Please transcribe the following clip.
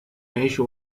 يعيش